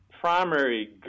primary